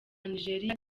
nigeria